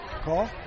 call